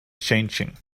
changing